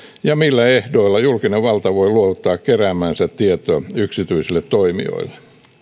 ja millä ehdoilla julkinen valta voi luovuttaa keräämäänsä tietoa yksityisille toimijoille